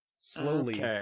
Slowly